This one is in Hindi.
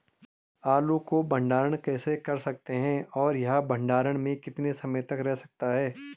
आलू को भंडारण कैसे कर सकते हैं और यह भंडारण में कितने समय तक रह सकता है?